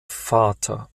vater